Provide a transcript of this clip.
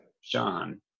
Sean